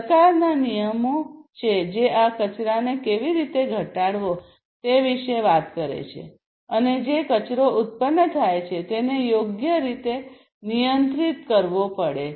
સરકારના નિયમો છે જે આ કચરાને કેવી રીતે ઘટાડવો તે વિશે વાત કરે છે અને જે કચરો ઉત્પન્ન થાય છે તેને યોગ્ય રીતે નિયંત્રિત કરવો પડશે